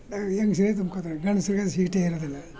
ಹೆಂಗಸ್ರೆ ತುಂಬ್ಕೊಳ್ತಾರೆ ಗಂಡಸ್ರಿಗೆ ಅಲ್ಲಿ ಸೀಟೇ ಇರೋದಿಲ್ಲ